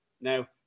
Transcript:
Now